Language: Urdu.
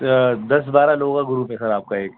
دس بارہ لوگوں کا گروپ ہے سرآپ کا ایک